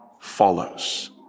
follows